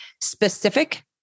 specific